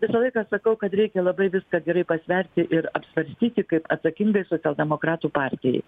visą laiką sakau kad reikia labai viską gerai pasverti ir apsvarstyti kaip atsakingai socialdemokratų partijai